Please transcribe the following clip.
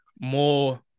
more